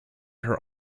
her